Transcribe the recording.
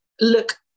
look